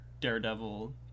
Daredevil